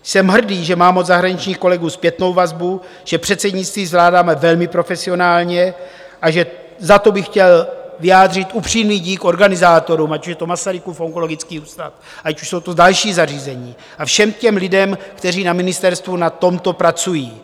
Jsem hrdý, že mám od zahraničních kolegů zpětnou vazbu, že předsednictví zvládáme velmi profesionálně a že za to bych chtěl vyjádřit upřímný dík organizátorům, ať už je to Masarykův onkologický ústav, ať už jsou to další zařízení, a všem těm lidem, kteří na ministerstvu na tomto pracují.